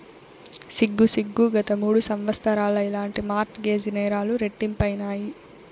సిగ్గు సిగ్గు, గత మూడు సంవత్సరాల్ల ఇలాంటి మార్ట్ గేజ్ నేరాలు రెట్టింపైనాయి